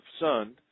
Son